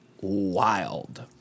wild